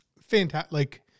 Fantastic